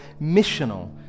missional